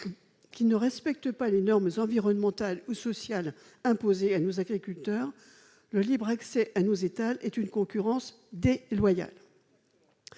qui ne respectent pas les normes environnementales ou sociales imposées à nos agriculteurs, le libre accès à nos étals est une concurrence déloyale.